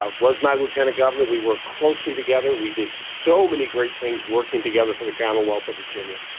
ah was my lieutenant governor we worked closely together. we did so many great things working together for the commonwealth of virginia.